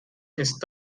ist